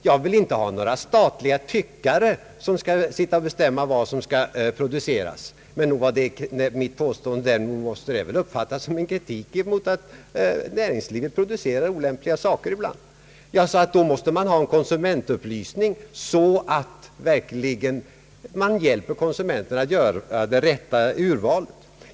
Jag vill inte ha några statliga »tyckare», som skall sitta och bestämma vad som skall produceras, men mitt påstående måste dock uppfattas som en kritik emot att näringslivet producerar olämpliga saker ibland. Jag sade att man då måste ha en konsumentupplysning för att hjälpa konsumenterna att göra det rätta urvalet.